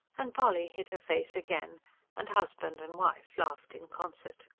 and polly hid her face again and husband and wife laughed in concert.